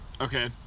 Okay